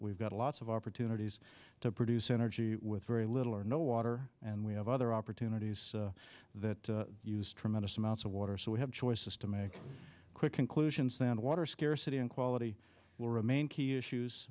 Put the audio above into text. we've got lots of opportunities to produce energy with very little or no water and we have other opportunities that use tremendous amounts of water so we have choices to make quick conclusions then water scarcity and quality will remain key issues